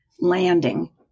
landing